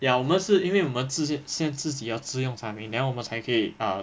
ya 我们是因为我们直接现自己要适用产品 then 我们才可以 err